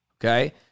Okay